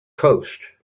coast